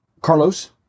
Carlos